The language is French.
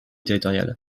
territorial